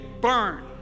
burn